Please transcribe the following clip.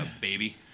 baby